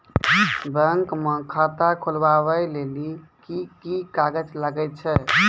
Bank म खाता खोलवाय लेली की की कागज लागै छै?